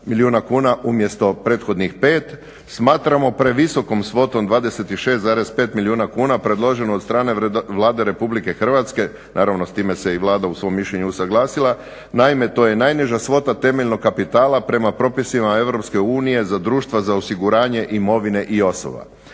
umjesto prethodnih 5. Smatramo previsokom svotom 26,5 milijuna kuna predloženu od strane Vlade Republike Hrvatske, naravno s time se i Vlada u svom mišljenju usuglasila. Naime, to je najniža svota temeljnog kapitala prema propisima Europske unije za društva za osiguranje imovine i osoba.